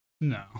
No